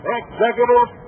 executive